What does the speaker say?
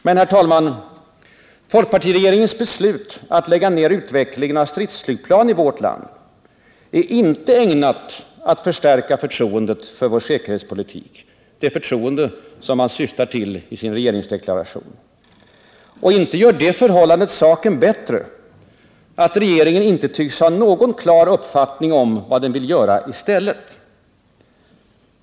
Men, herr talman, folkpartiregeringens beslut att lägga ner utvecklingen av stridsflygplan i vårt land är inte ägnat att förstärka förtroendet för vår säkerhetspolitik, det förtroende som man syftar till i regeringsdeklarationen. Och inte gör det förhållandet saken bättre, att regeringen inte tycks ha någon klar uppfattning om vad den vill göra i stället.